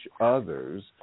others